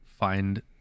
Find